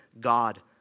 God